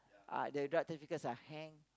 uh the drug traffickers are hanged